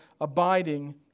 abiding